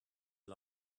you